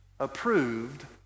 approved